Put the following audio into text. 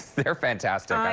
they're fantastic.